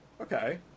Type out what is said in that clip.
Okay